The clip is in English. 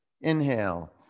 Inhale